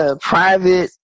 private